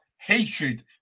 hatred